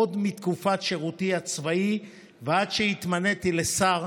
עוד מתקופת שירותי הצבאי ועד שהתמניתי לשר,